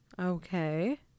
Okay